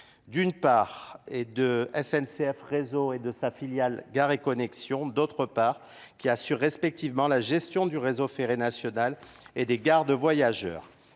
D'une part, de la N C F Réseau et de sa filiale Gare Connexion, Connexion, d'autre part, qui assurent respectivement une la gestion du réseau ferré national et des gares de voyageurs.